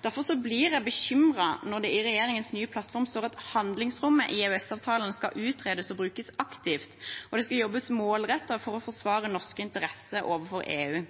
Derfor blir jeg bekymret når det i regjeringens nye plattform står at handlingsrommet i EØS-avtalen skal utredes og brukes aktivt, og at det skal jobbes målrettet for å forsvare norske interesser overfor EU.